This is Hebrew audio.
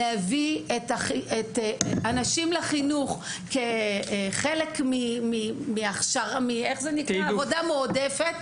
להביא אנשים לחינוך כחלק מעבודה מועדפת,